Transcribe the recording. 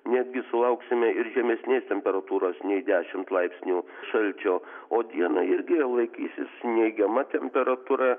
netgi sulauksime ir žemesnės temperatūros nei dešimt laipsnių šalčio o dieną irgi laikysis neigiama temperatūra